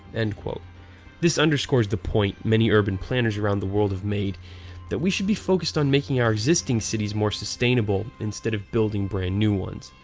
and this underscores the point many urban planners around the world have made that we should be focused on making our existing cities more sustainable instead of building brand new ones.